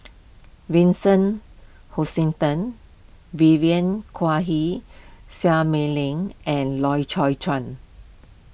Vincent Hoisington Vivien Quahe Seah Mei Lin and Loy Chye Chuan